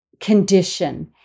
condition